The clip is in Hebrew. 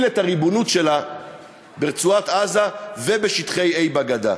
את הריבונות שלה ברצועת-עזה ובשטחי A בגדה,